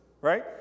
right